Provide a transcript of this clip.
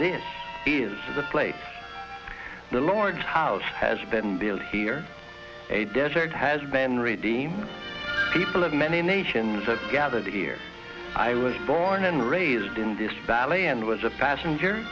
this is the place the lord's house has been built here a desert has been redeemed people of many nations are gathered here i was born and raised in this valley and was a passenger